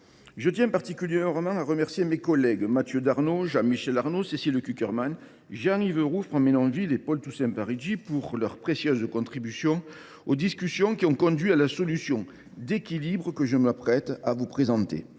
Je tiens particulièrement à remercier mes collègues Mathieu Darnaud, Jean Michel Arnaud, Cécile Cukierman, Jean Yves Roux, Franck Menonville et Paul Toussaint Parigi pour leur précieuse contribution aux discussions qui ont conduit à la solution d’équilibre que je m’apprête à vous présenter.